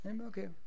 Okay